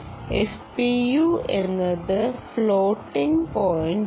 FPU എന്നത് floating പോയിന്റാണ്